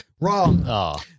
Wrong